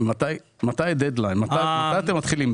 מתי הדד ליין, מתי אתם מתחילים?